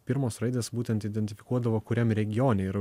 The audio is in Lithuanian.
pirmos raidės būtent identifikuodavo kuriam regione yra